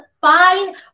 fine